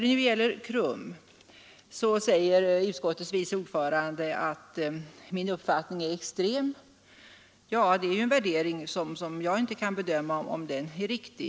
Beträffande KRUM säger utskottets vice ordförande att min uppfattning är extrem. Ja, det är en bedömning vars riktighet jag inte kan avgöra.